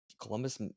Columbus